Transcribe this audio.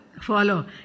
follow